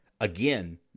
again